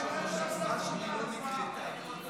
ההצבעה שלי לא נקלטה.